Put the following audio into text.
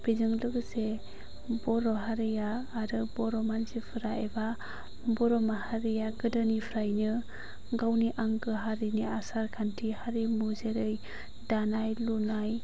बेजों लोगोसे बर' हारिया आरो बर' मानसिफ्रा एबा बर' माहारिया गोदोनिफ्रायनो गावनि आंगो हारिनि आसार खान्थि हारिमु जेरै दानाय लुनाय